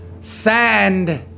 Sand